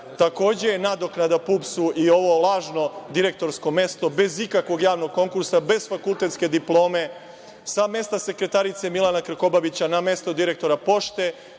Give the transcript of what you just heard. takođe je nadoknada PUPS-u i ovo lažno direktorsko mesto, bez ikakvog javnog konkursa, bez fakultetske diplome, sa mesta sekretarice Milana Krkobabića na mesto direktora Pošte.